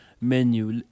menu